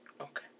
Okay